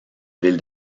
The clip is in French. ville